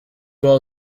well